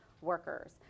workers